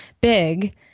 big